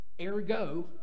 ergo